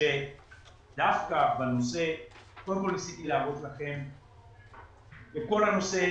קודם כל ניסיתי להראות לכם את הנושא.